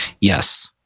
Yes